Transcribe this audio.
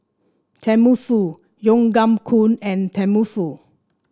Tenmusu Tom Yam Goong and Tenmusu